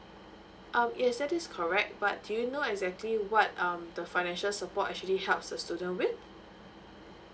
um yes that is correct but do you know exactly what um the financial support actually helps a student with